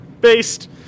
based